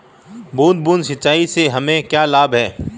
बूंद बूंद सिंचाई से हमें क्या लाभ है?